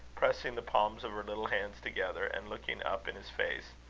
pressing the palms of her little hands together, and looking up in his face,